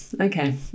okay